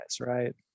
right